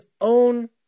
own